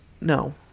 no